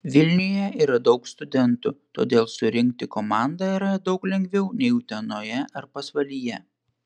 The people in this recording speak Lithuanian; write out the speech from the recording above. vilniuje yra daug studentų todėl surinkti komandą yra daug lengviau nei utenoje ar pasvalyje